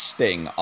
Sting